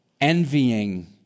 envying